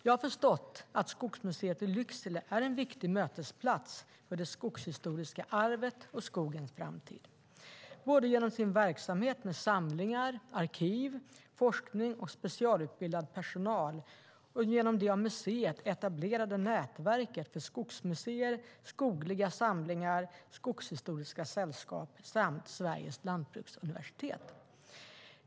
Jag har förstått att Skogsmuseet i Lycksele är en viktig mötesplats för det skogshistoriska arvet och skogens framtid, både genom sin verksamhet med samlingar, arkiv, forskning och specialutbildad personal och genom det av museet etablerade nätverket för skogsmuseer, skogliga samlingar, skogshistoriska sällskap samt Sveriges lantbruksuniversitet.